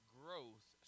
growth